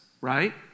right